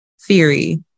theory